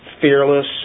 fearless